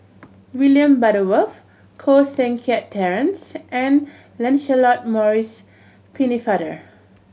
William Butterworth Koh Seng Kiat Terence and Lancelot Maurice Pennefather